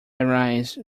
arise